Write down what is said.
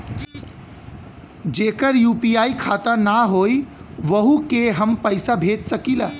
जेकर यू.पी.आई खाता ना होई वोहू के हम पैसा भेज सकीला?